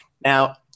Now